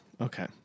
Okay